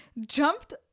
jumped